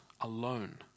alone